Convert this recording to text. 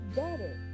better